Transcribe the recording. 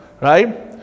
right